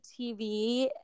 TV